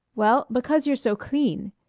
well, because you're so clean.